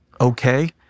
okay